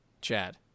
Chad